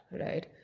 right